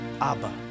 Abba